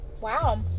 Wow